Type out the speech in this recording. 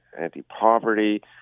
anti-poverty